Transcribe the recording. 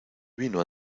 vino